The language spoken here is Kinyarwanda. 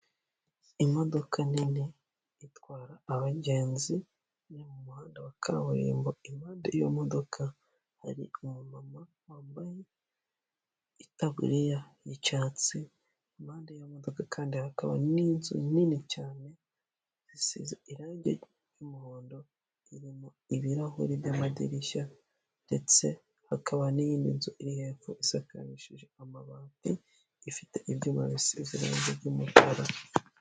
Imodoka nini itwara abagenzi ijya mu muhanda wa kaburimbo impande y'iyomodoka hari umumama wambaye itaburiya y'icyatsi impande y'imodoka kandi hakaba n'inzu nini cyane zisize irangi ry'umuhondo ririmo ibirahuri by'amadirishya, ndetse hakaba n'iyinindi nzu iri hepfo isakashije amabati ifite ibyuma bisize irangi ry'umukara.